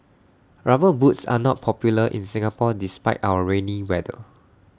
rubber boots are not popular in Singapore despite our rainy weather